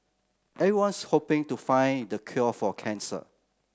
everyone's hoping to find the cure for cancer